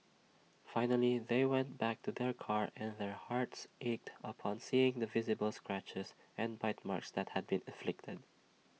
finally they went back to their car and their hearts ached upon seeing the visible scratches and bite marks that had been inflicted